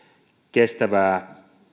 kestävää